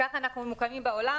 כך אנחנו ממוקמים בעולם.